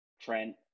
Trent